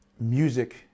music